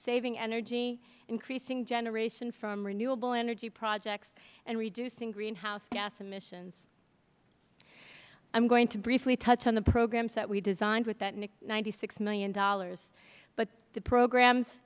saving energy increasing generation from renewable energy projects and reducing greenhouse gas emissions i am going to briefly touch on the programs that we designed with that ninety six dollars million but the programs